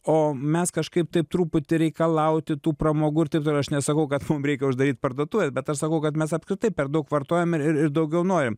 o mes kažkaip taip truputį reikalauti tų pramogų ir taip toliau aš nesakau kad mum reikia uždaryt parduotuvę bet aš sakau kad mes apskritai per daug vartojam ir ir ir daugiau norim